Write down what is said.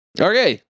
Okay